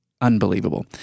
unbelievable